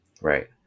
Right